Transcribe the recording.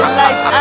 life